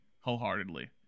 wholeheartedly